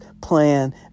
plan